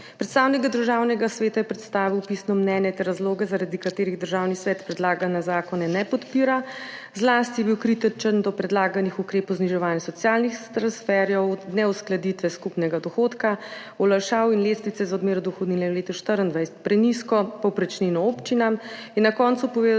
Predstavnik Državnega sveta je predstavil pisno mnenje ter razloge, zaradi katerih Državni svet predlaganih zakonov ne podpira. Kritičen je bil zlasti do predlaganih ukrepov zniževanja socialnih transferjev, neuskladitve skupnega dohodka, olajšav in lestvice za odmero dohodnine v letu 2024, prenizke povprečnine občinam, na koncu pa